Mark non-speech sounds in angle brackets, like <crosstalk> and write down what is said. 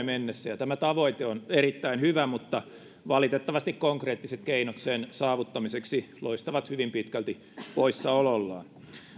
<unintelligible> mennessä tämä tavoite on erittäin hyvä mutta valitettavasti konkreettiset keinot sen saavuttamiseksi loistavat hyvin pitkälti poissaolollaan